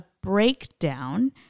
breakdown